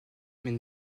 mais